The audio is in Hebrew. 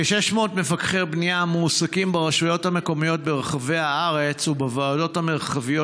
כ-600 מפקחי בנייה המועסקים ברשויות המקומיות ברחבי הארץ ובוועדות המרחביות